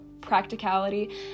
practicality